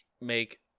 make